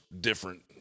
different